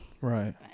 Right